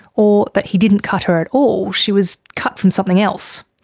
or that he didn't cut her at all she was cut from something else.